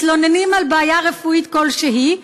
מתלוננים על בעיה רפואית כלשהי.